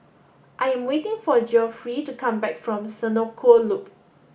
I am waiting for Geoffrey to come back from Senoko Loop